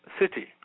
city